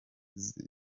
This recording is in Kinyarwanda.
n’iza